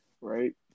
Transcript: right